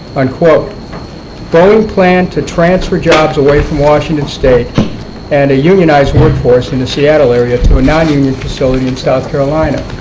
and boeing planned to transfer jobs away from washington state and a unionized workforce in the seattle area to a nonunion facility in south carolina.